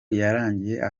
yarangiye